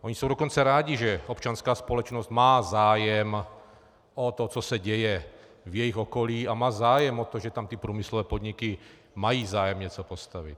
Oni jsou dokonce rádi, že občanská společnost má zájem o to, co se děje v jejich okolí, a má zájem o to, že tam ty průmyslové podniky mají zájem něco postavit.